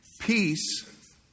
Peace